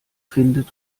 finden